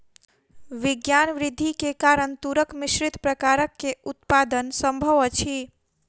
विज्ञान वृद्धि के कारण तूरक मिश्रित प्रकार के उत्पादन संभव अछि